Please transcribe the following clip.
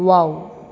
wow